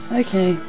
okay